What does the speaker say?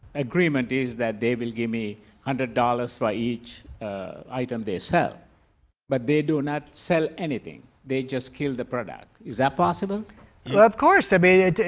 agreement is that they will give me hundred dollars for each item they sell but they do not sell anything they just killed the product is that possible and of course i mean it